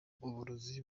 uburozi